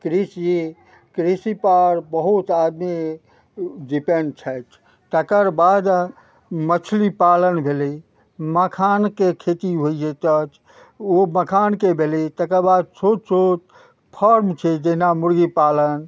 कृषि कृषिपर बहुत आदमी डिपेण्ड छथि तकर बाद मछली पालन भेलय मखानके खेती होइ जाइत अछि ओ मखानके भेलय तकर बाद छोट छोट फॉर्म छै जहिना मुर्गी पालन